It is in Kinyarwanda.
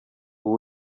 ubu